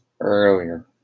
earlier